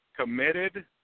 committed